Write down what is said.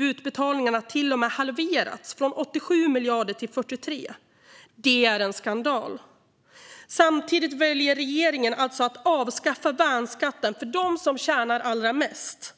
utbetalningarna till och med halverats, från 87 miljarder till 43. Det är en skandal. Samtidigt väljer regeringen alltså att avskaffa värnskatten för dem som tjänar allra mest.